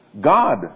God